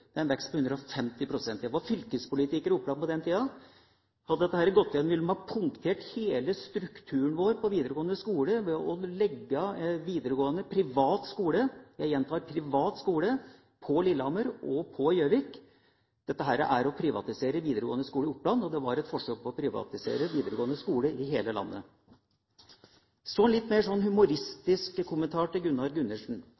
Det er en vekst på 150 pst. Jeg var fylkespolitiker i Oppland på den tida. Hadde dette gått gjennom, ville de ha punktert hele strukturen vår på videregående skole ved å legge videregående privat skole – jeg gjentar: privat skole – på Lillehammer og på Gjøvik. Dette er å privatisere videregående skoler i Oppland, og det var et forsøk på å privatisere videregående skoler i hele landet. Så en litt